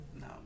no